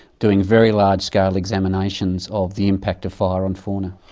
doing very large-scale examinations of the impact of fire on fauna.